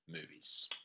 movies